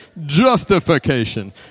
Justification